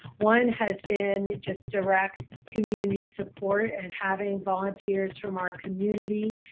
one has been just direct community support and having volunteers from our community,